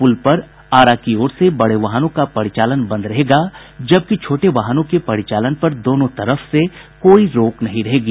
पुल पर आरा की ओर से बड़े वाहनों का परिचालन बंद रहेगा जबकि छोटे वाहनों के परिचालन पर दोनों तरफ से कोई रोक नहीं रहेगी